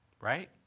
Right